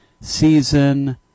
season